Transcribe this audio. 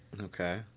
Okay